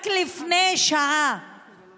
רק לפני שעה